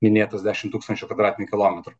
minėtas dešimt tūkstančių kvadratinių kilometrų